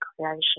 creation